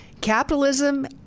Capitalism